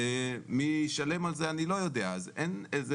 ואני לא יודע מי ישלם על זה.